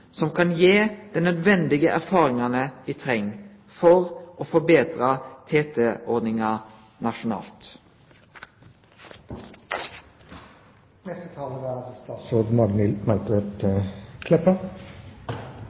som kan gje dei nødvendige erfaringane vi treng for å betre TT-ordninga nasjonalt. Betre tilrettelegging av transporttilbodet for funksjonshemma er